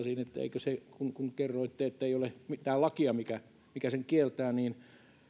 ja tällaisiin voida puuttua kun kerroitte ettei ole mitään lakia mikä mikä sen kieltää niin